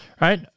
right